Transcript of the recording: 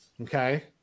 okay